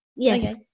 Yes